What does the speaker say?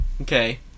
Okay